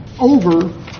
over